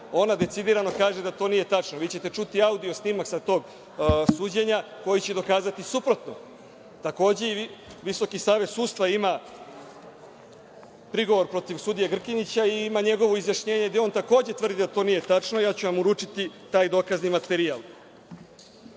ona decidirano kaže da to nije tačno. Vi ćete čuti audio snimak sa tog suđenja koje će dokazati suprotno. Takođe VSS ima prigovor protiv sudije Grkinića i ima njegovo izjašnjenje gde on takođe tvrdi da to nije tačno, ja ću vam uručiti taj dokazni materijal. Gospodin